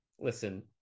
listen